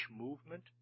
movement